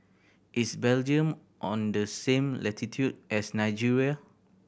is Belgium on the same latitude as Nigeria